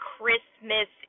Christmas